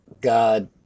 God